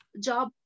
job